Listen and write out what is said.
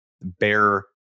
bear